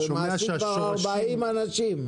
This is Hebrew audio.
מעסיקים בה 40 אנשים.